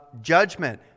judgment